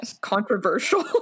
controversial